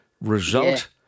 Result